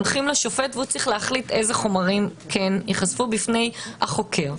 הולכים לשופט והוא צריך להחליט איזה חומרים כן ייחשפו בפני החוקר,